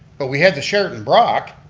but we had the sheraton brock.